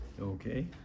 Okay